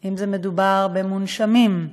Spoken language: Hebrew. אם מדובר במונשמים,